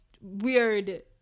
weird